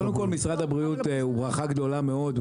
קודם כל משרד הבריאות הוא ברכה גדולה מאוד,